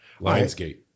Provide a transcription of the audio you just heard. Lionsgate